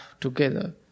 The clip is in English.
together